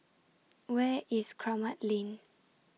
Where IS Kramat Lane